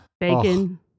Bacon